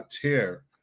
tear